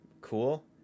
Cool